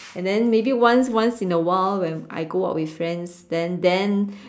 and then maybe once once in while when I go out with friends then then